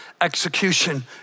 execution